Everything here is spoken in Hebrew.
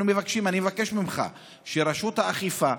אנחנו מבקשים, אני מבקש ממך שרשות האכיפה,